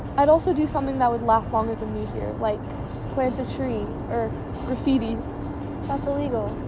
i would also do something that would last longer than me here, like plant a tree, or graffiti that's illegal.